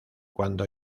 cuando